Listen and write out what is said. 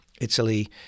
Italy